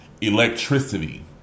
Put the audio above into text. electricity